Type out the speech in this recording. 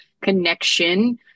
connection